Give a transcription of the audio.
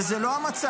וזה לא המצב.